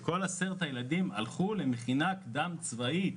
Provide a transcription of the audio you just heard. הללו הלכו למכינה קדם צבאית